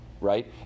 right